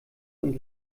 und